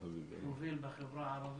הוא מוביל בחברה הערבית,